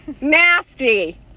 nasty